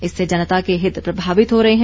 इससे जनता के हित प्रभावित हो रहे हैं